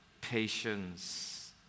Patience